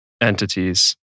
entities